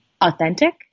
authentic